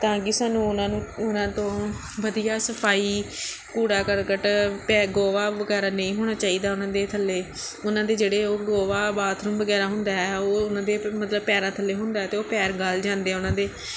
ਤਾਂ ਕਿ ਸਾਨੂੰ ਉਹਨਾਂ ਨੂੰ ਉਹਨਾਂ ਤੋਂ ਵਧੀਆ ਸਫਾਈ ਕੂੜਾ ਕਰਕਟ ਗੋਹਾ ਵਗੈਰਾ ਨਹੀਂ ਹੋਣਾ ਚਾਹੀਦਾ ਉਹਨਾਂ ਦੇ ਥੱਲੇ ਉਹਨਾਂ ਦੇ ਜਿਹੜੇ ਉਹ ਗੋਹਾ ਬਾਥਰੂਮ ਵਗੈਰਾ ਹੁੰਦਾ ਹੈ ਉਹ ਉਹਨਾਂ ਦੇ ਮਤਲਬ ਪੈਰਾਂ ਥੱਲੇ ਹੁੰਦਾ ਅਤੇ ਉਹ ਪੈਰ ਗਲ ਜਾਂਦੇ ਆ ਉਹਨਾਂ ਦੇ